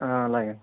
అలాగే